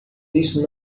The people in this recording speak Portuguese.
isso